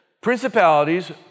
Principalities